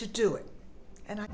to do it and i